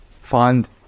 find